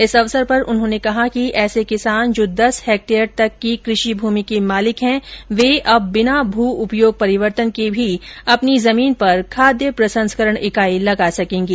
इस अवसर पर उन्होंने कहा कि ऐसे किसान जो दस हैक्टेयर तक की कृषि भूमि के मालिक है वे अब बिना भू उपयोग परिवर्तन के भी अपनी जमीन पर खाद्य प्रसंस्करण इकाई लगा सकेंगे